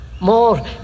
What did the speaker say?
more